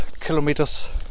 kilometers